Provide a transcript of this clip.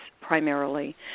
primarily